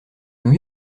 new